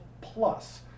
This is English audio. Plus